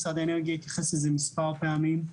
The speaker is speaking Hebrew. משרד האנרגיה התייחס לזה מס' פעמים.